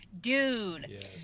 Dude